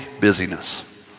busyness